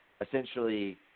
essentially